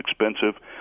expensive